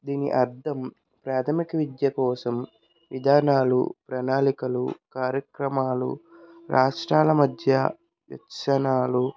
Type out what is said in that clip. దీని అర్థం ప్రాథమిక విద్య కోసం విధానాలు ప్రణాళికలు కార్యక్రమాలు రాష్ట్రాల మధ్య లక్షణాలు